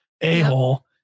a-hole